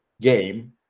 game